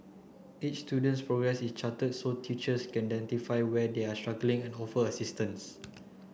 each student's progress is charted so teachers can where they are struggling and offer assistance